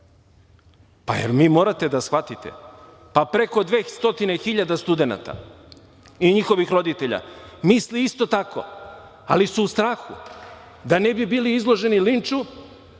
misle? Vi morate da shvatite da preko 200 hiljade studenata i njihovih roditelja misli isto tako, ali su u strahu da ne bi bili izloženi linču